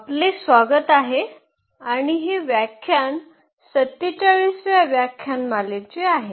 आपले स्वागत आहे आणि हे व्याख्यान 47 व्या व्याख्यानमालेचे आहे